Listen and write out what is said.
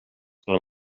pel